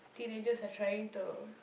teenagers are trying to